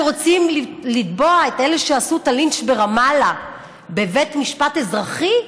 כשרוצים לתבוע את אלה שעשו את הלינץ' ברמאללה בבית משפט אזרחי,